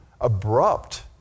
abrupt